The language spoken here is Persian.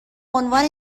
عنوان